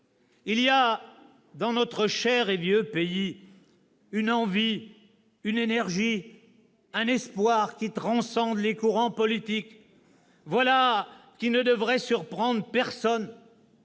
Il y a, dans ″notre cher et vieux pays″, une envie, une énergie, un espoir qui transcendent les courants politiques. Voilà qui ne devrait surprendre personne